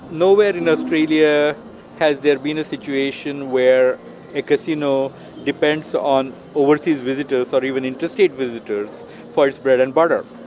nowhere in australia has there been a situation where a casino depends on overseas visitors or even interstate visitors for its bread and butter.